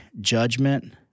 judgment